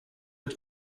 ett